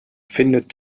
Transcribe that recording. findet